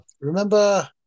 Remember